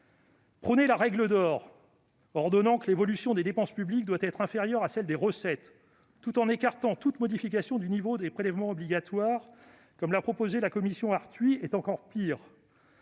Prôner la règle d'or selon laquelle l'évolution des dépenses publiques doit être inférieure à celle des recettes, tout en écartant des modifications du taux des prélèvements obligatoires, comme l'a proposé la commission Arthuis, est encore pire